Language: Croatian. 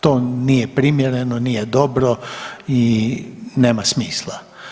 To nije primjereno, nije dobro i nema smisla.